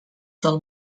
del